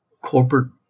corporate